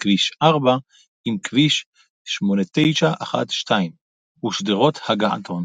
כביש 4 עם כביש 8912 ושדרות הגעתון.